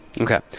Okay